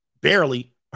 Barely